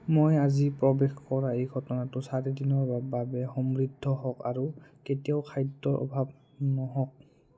মই আজি প্ৰৱেশ কৰা এই ঘটনাটো চাৰিদিনৰ বাবে সমৃদ্ধ হওঁক আৰু কেতিয়াও খাদ্যৰ অভাৱ নহওঁক